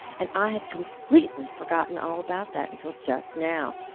and i had completely forgotten all about that until just now.